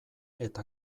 eta